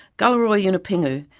galarrwuy yunupingu,